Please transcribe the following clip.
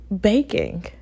baking